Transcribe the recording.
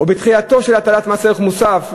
או בהתחלה של הטלת מס ערך מוסף,